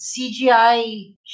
CGI